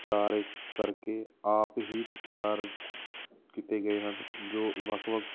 ਚਾਰੇ ਕਰਕੇ ਆਪ ਹੀ ਤਿਆਰ ਕੀਤੇ ਗਏ ਹਨ ਜੋ ਵੱਖ ਵੱਖ